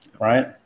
right